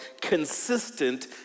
consistent